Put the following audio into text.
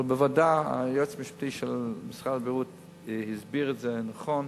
אבל בוועדה היועץ המשפטי של משרד הבריאות הסביר את זה נכון.